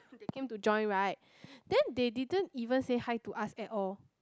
came to join right then they didn't even say hi to us at all